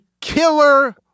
killer